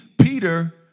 peter